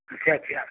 अच्छा अच्छा